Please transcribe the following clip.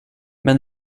men